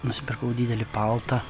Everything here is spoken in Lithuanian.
nusipirkau didelį paltą